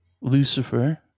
Lucifer